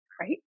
Right